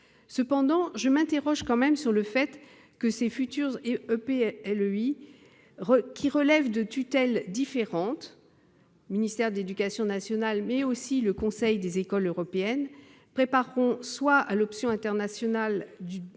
Cependant, je m'interroge sur le fait que ces futurs EPLEI, qui relèvent de la tutelle conjointe du ministère de l'éducation nationale et du Conseil des écoles européennes, prépareront soit à l'option internationale du diplôme